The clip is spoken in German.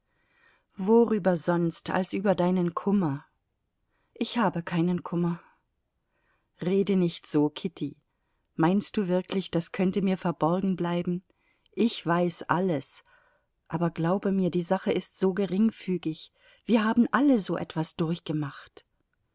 worüber sonst als über deinen kummer ich habe keinen kummer rede nicht so kitty meinst du wirklich das könnte mir verborgen bleiben ich weiß alles aber glaube mir die sache ist so geringfügig wir haben alle so etwas durchgemacht